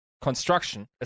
construction